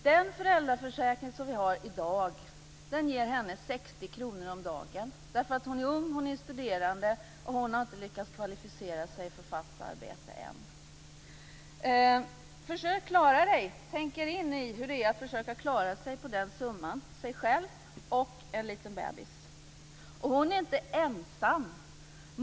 Den föräldraförsäkring som vi har i dag ger henne 60 kr om dagen därför att hon är ung, hon är studerande och inte lyckats kvalificera sig för fast arbete än. Försök tänka er in i hur det är att försöka klara sig själv och en liten bebis på den summan. Hon är inte ensam.